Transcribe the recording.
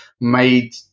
made